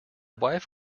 wife